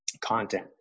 content